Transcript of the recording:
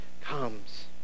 comes